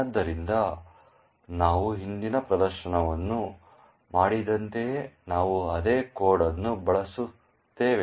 ಆದ್ದರಿಂದ ನಾವು ಹಿಂದಿನ ಪ್ರದರ್ಶನವನ್ನು ಮಾಡಿದಂತೆಯೇ ನಾವು ಅದೇ ಕೋಡ್ ಅನ್ನು ಬಳಸುತ್ತೇವೆ